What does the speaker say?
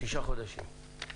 שמונה חודשים.